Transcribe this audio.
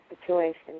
situation